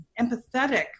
empathetic